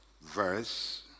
verse